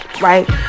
right